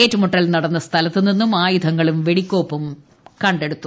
ഏറ്റുമുട്ടൽ നടന്ന സ്ഥലത്തുനിന്നും ആയുധങ്ങളും വെടിക്കോപ്പുകളും പിടിച്ചെടുത്തു